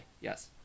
Yes